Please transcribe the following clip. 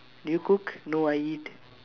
do you cook no I eat